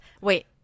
Wait